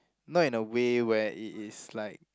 not in a way where it is like